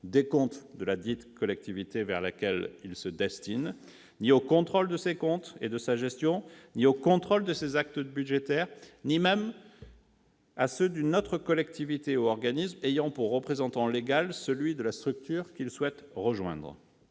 des comptes de la collectivité vers laquelle il se destine, ni au contrôle de ses comptes et de sa gestion, ni au contrôle de ses actes budgétaires, ni même à ceux d'une autre collectivité ou organisme ayant pour représentant légal celui de la structure qu'il souhaite rejoindre.